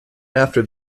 after